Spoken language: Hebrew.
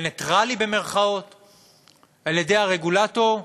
ו"נייטרלי", על-ידי הרגולטור,